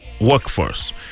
Workforce